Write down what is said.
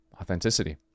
authenticity